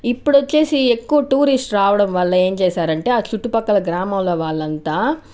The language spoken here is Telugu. ఇప్పుడు వచ్చేసి ఎక్కువ టూరిస్టులు రావడం వల్ల ఏం చేశారంటే ఆ చుట్టుపక్కల గ్రామంలో వాళ్లంతా